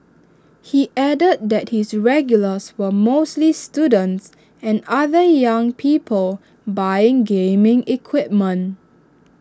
he added that his regulars were mostly students and other young people buying gaming equipment